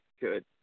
good